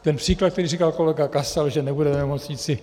Ten příklad, co říkal kolega Kasal, že nebudeme mít nemocnici.